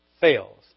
fails